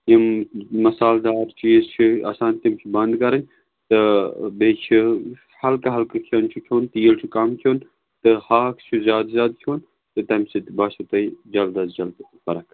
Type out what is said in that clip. یِم مَصالہٕ دار چیٖز چھِ آسان تِم چھِ بَنٛد کَرٕنۍ تہٕ بیٚیہِ چھِ ہلکہٕ ہلکہٕ کھٮ۪ن چھِ کھیوٚن تیٖل چھُ کَم کھیوٚن تہٕ ہاکھ چھُ زیادٕ زیادٕ کھیوٚن تہٕ تَمہِ سۭتۍ باسیو تۄہہِ جَلٕد آز جَلٕد فرق